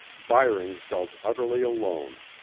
byring felt utterly alone.